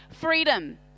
freedom